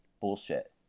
bullshit